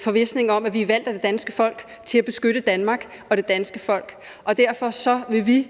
forvisning om, at vi er valgt af det danske folk til at beskytte Danmark og det danske folk, og derfor vil vi